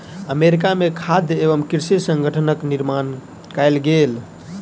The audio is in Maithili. अमेरिका में खाद्य एवं कृषि संगठनक निर्माण कएल गेल